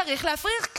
צריך להפריך.